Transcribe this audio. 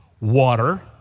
Water